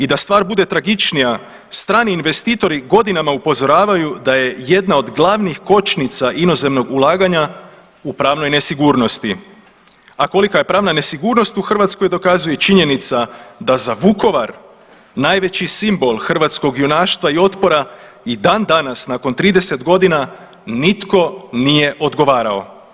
I da stvar bude tragičnija strani investitori godinama upozoravaju da je jedna od glavnih kočnica inozemnog ulaganja u pravnoj nesigurnosti, a kolika je pravna nesigurnost u Hrvatskoj dokazuje i činjenica da za Vukovar, najveći simbol hrvatskog junaštva i otpora i dan danas nakon 30.g. nitko nije odgovarao.